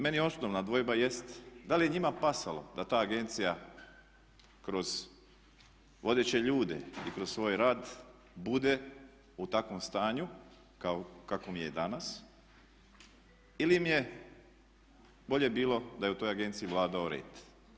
Meni je osnovna dvojba da li je njima pasalo da ta agencija kroz vodeće ljude i kroz svoj rad bude u takvom stanju kakvom je i danas ili im je bolje bilo da je u toj agenciji vladao red?